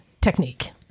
technique